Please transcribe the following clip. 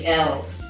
else